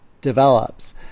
develops